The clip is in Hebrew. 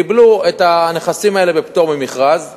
קיבלו את הנכסים האלה בפטור ממכרז.